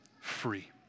free